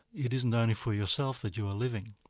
it isn't only for yourself that you are living,